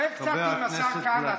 תשב קצת עם השר כהנא,